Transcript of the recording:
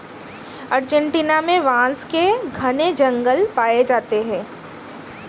Argentina में बांस के घने जंगल पाए जाते हैं